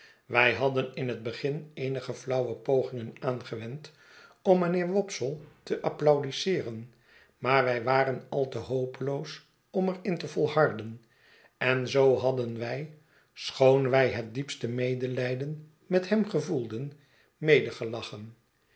wij hadden in het begin eenige flauwe pogingen aangewend om mynheer wopsle te applaudiseeren maar zij waren al te hopeloos om er in te volharden en zoo hadden wij schoon wij het diepste medelijden met hem gevoelden